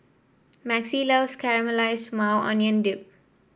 Maxie loves Caramelize Maui Onion Dip